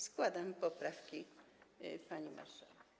Składam poprawki pani marszałek.